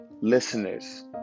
listeners